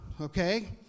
Okay